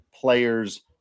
Players